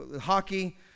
Hockey